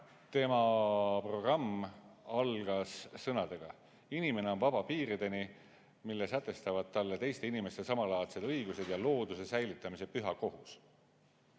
tema programm algas sõnadega: inimene on vaba piirideni, mille sätestavad talle teiste inimeste samalaadsed õigused ja looduse säilitamise püha kohus.